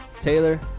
Taylor